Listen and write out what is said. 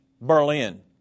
Berlin